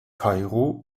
kairo